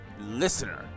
listener